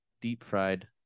deep-fried